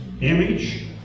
image